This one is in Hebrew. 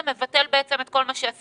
זה מבטל את כל מה שעשינו,